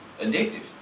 addictive